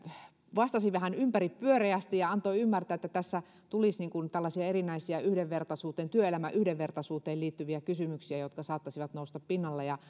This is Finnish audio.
vastasi vähän ympäripyöreästi ja antoi ymmärtää että tässä tulisi erinäisiä työelämän yhdenvertaisuuteen liittyviä kysymyksiä jotka saattaisivat nousta pinnalle ja